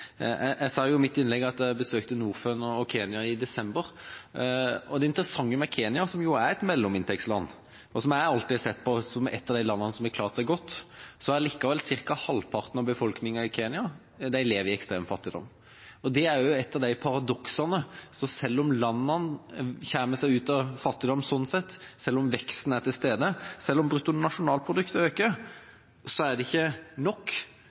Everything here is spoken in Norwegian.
Jeg sa i mitt innlegg at jeg besøkte Norfund og Kenya i desember. Det interessante med Kenya, som jo er et mellominntektsland, og som jeg alltid har sett på som et av de landene som har klart seg godt, er at ca. halvparten av befolkningen der likevel lever i ekstrem fattigdom. Det er et av disse paradoksene. Selv om landene kommer seg ut av fattigdom, sånn sett, selv om veksten er til stede, selv om brutto nasjonalprodukt øker, så er ikke det nok.